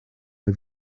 mal